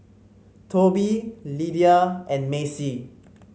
Toby Lidia and Macey